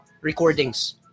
recordings